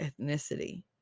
ethnicity